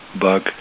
bug